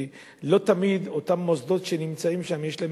כי לא תמיד אותם מוסדות שנמצאים שם יש להם